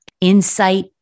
insight